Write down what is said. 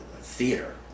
theater